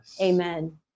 Amen